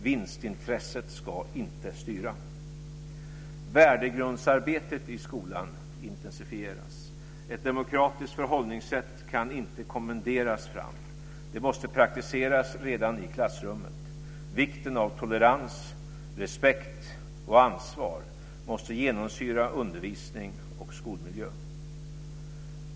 Vinstintresset ska inte styra. Värdegrundsarbetet i skolan intensifieras. Ett demokratiskt förhållningssätt kan inte kommenderas fram. Det måste praktiseras redan i klassrummet. Vikten av tolerans, respekt och ansvar måste genomsyra undervisning och skolmiljö.